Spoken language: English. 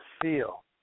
feel